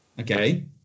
Okay